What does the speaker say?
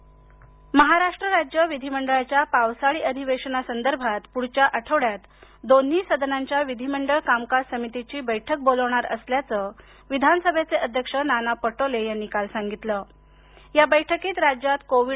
अधिवेशन महाराष्ट्र राज्य विधीमंडळाच्या पावसाळी अधिवेशनासंदर्भात पुढच्या आठवड्यात दोन्ही सदनांच्या विधीमंडळ कामकाज समितीची बैठक बोलवणार असल्याचं विधानसभेचे अध्यक्ष नाना पटोले यांनी काल सांगितलं या बैठकीत राज्यात कोविड